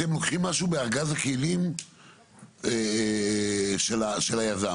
אתם לוקחים משהו מארגז הכלים של היזם.